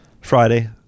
Friday